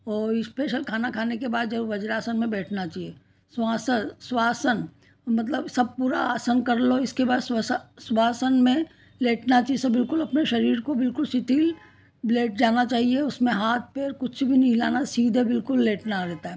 और स्पेशल खाना खाने के बाद जरूर वज्रासन में बैठना चहिए स्वासः स्वासन मतलब सब पूरा आसन कर लो इसके बाद स्वसा स्वासन में लेटना चाहिए जैसे बिलकुल अपने शरीर को बिलकुल शिथिल लेट जाना चाहिए उसमें हाथ पैर कुछ भी नहीं हिलाना सीधे बिलकुल लेटना रहता है